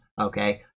Okay